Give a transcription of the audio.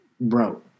Bro